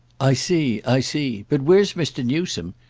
i see, i see. but where's mr. newsome?